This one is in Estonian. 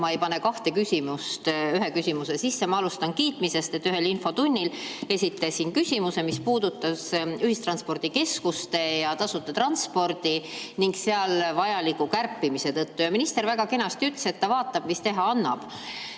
ma ei pane kahte küsimust ühe küsimuse sisse ja ma alustan kiitmisest. Ühes infotunnis esitasin küsimuse, mis puudutas ühistranspordikeskusi ja tasuta transporti ning seal vajalikku kärpimist, ja minister väga kenasti ütles, et ta vaatab, mis teha annab.